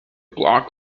clock